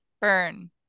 Burn